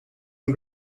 and